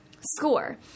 Score